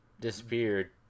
disappeared